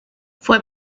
fue